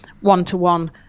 one-to-one